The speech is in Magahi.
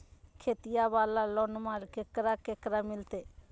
खेतिया वाला लोनमा केकरा केकरा मिलते?